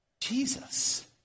Jesus